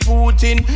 Putin